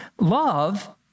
Love